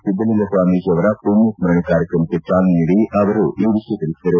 ಸಿದ್ದಲಿಂಗಸ್ವಾಮೀಜಿ ಅವರ ಮಣ್ಯಸ್ಥರಣೆ ಕಾರ್ಯಕ್ರಮಕ್ಕೆ ಚಾಲನೆ ನೀಡಿ ಅವರು ಈ ವಿಷಯ ತಿಳಿಸಿದರು